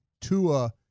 Tua